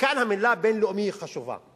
וכאן המלה "בין-לאומי" היא חשובה.